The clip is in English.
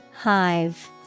Hive